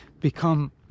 become